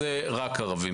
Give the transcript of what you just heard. וזה רק ערבים.